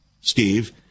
Steve